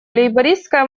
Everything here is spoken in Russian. лейбористская